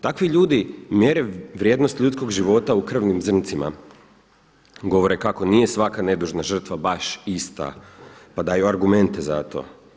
Takvi ljudi mjere vrijednost ljudskog života u krvnim zrncima, govore kako nije svaka nedužna žrtva baš ista pa daju argumente za to.